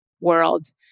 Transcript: world